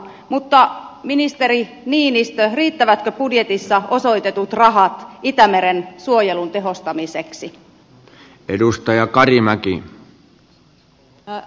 mutta ministeri niinistö riittävätkö budjetissa osoitetut rahat itämeren suojelun tehostamiseksi